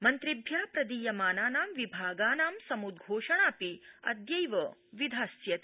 मन्त्रिभ्य प्रदीयमानानां विभागानां समुद्घोषणापि अधैव विधास्यते